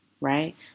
right